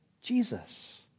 Jesus